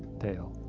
tale.